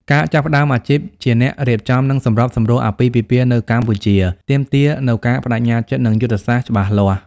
ការចាប់ផ្តើមអាជីពជាអ្នករៀបចំ និងសម្របសម្រួលអាពាហ៍ពិពាហ៍នៅកម្ពុជាទាមទារនូវការប្តេជ្ញាចិត្ត និងយុទ្ធសាស្ត្រច្បាស់លាស់។